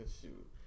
Shoot